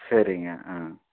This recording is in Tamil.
சரிங்க ஆ